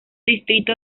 distrito